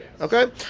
okay